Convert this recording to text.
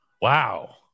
Wow